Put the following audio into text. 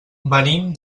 venim